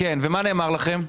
ומה נאמר לכם?